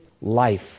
life